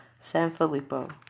Sanfilippo